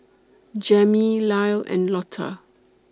Jammie Lyle and Lotta